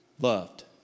loved